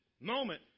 moment